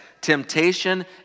Temptation